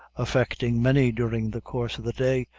affecting many during the course of the day,